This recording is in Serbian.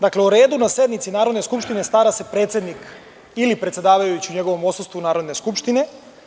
Dakle - o redu na sednici Narodne skupštine stara se predsednik ili predsedavajući, u njegovom odsustvu, Narodne skupštine.